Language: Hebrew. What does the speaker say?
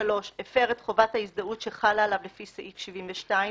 הפר את חובת ההזדהות שחלה עליו לפי סעיף 72,